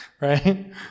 right